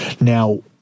Now